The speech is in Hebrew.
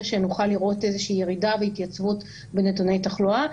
שנוכל לראות איזה שהיא ירידה והתייצבות בנתוני התחלואה.